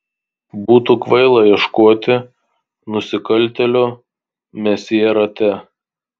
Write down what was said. būtų kvaila ieškoti nusikaltėlio mesjė rate